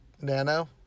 nano